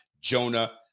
Jonah